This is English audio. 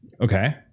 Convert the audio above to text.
Okay